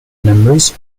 numbers